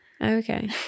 okay